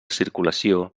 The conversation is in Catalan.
circulació